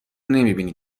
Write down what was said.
نمیبینی